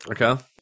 Okay